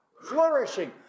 flourishing